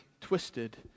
twisted